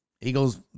Eagles